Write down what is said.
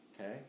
Okay